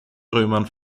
römern